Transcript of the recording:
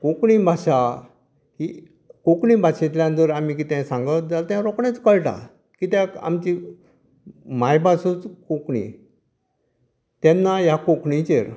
कोंकणी भाशा ही कोंकणी भाशेंतल्यान जर आमी कितेंय सांगत जाल्यार तें रोखडेंच कळटा कित्याक आमची मांयभासच कोंकणी तेन्ना ह्या कोंकणीचेर